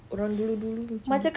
orang dulu-dulu macam itu